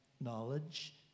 knowledge